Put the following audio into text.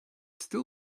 still